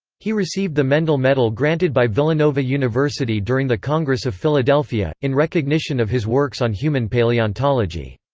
he received the mendel medal granted by villanova university during the congress of philadelphia, in recognition of his works on human paleontology.